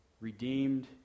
redeemed